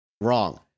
wrong